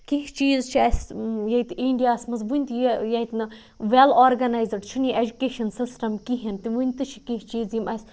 کیٚنہہ چیٖز چھِ اَسہِ ییٚتہِ اِنڈاہَس مںز ؤنۍ تہِ ییٚتہِ نہٕ ویل آرگَنایزٕڈ چھُنہٕ یہِ ایجوکیشَن سِسٹم کِہیٖنۍ تہِ ؤنۍ تہِ چھِ کیٚنہہ چیٖز یِم اَسہِ